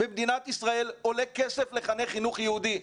במדינת ישראל עולה כסף לחנך חינוך יהודי.